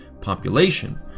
population